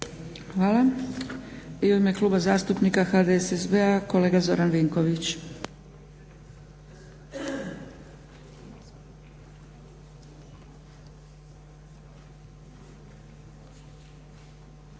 Hvala. I u ime Kluba zastupnika HDSSB-a Zoran Vinković.